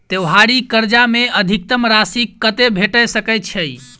त्योहारी कर्जा मे अधिकतम राशि कत्ते भेट सकय छई?